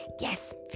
Yes